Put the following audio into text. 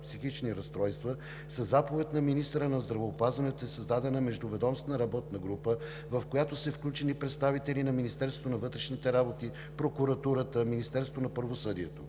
психични разстройства, със заповед на министъра на здравеопазването е създадена междуведомствена работна група, в която са включени представители на Министерството на вътрешните работи, прокуратурата, Министерството на правосъдието.